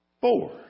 four